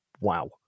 wow